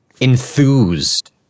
Enthused